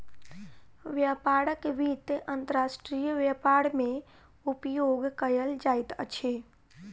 व्यापारक वित्त अंतर्राष्ट्रीय व्यापार मे उपयोग कयल जाइत अछि